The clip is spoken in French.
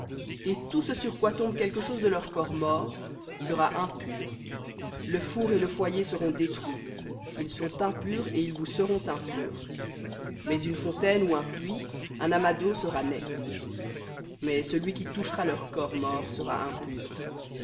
et tout ce sur quoi tombe quelque chose de leur corps mort sera impur le four et le foyer seront détruits ils sont impurs et ils vous seront impurs mais une fontaine ou un puits un amas d'eaux sera net mais celui qui touchera leur corps mort sera impur